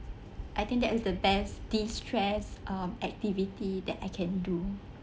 I think that is the best distress um activity that I can do